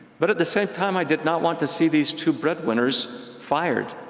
but at the same time, i did not want to see these two breadwinners fired.